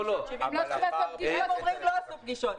הם אומרים שלא עושים פגישות.